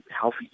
healthy